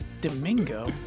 Domingo